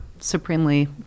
supremely